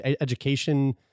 education